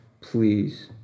please